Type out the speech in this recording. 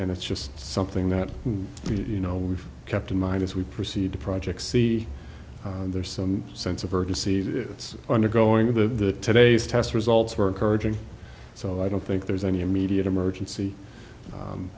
and it's just something that you know we've kept in mind as we proceed to project c there's some sense of urgency that is undergoing the today's test results were encouraging so i don't think there's any immediate emergency